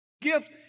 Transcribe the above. gift